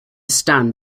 stand